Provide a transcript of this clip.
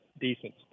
decent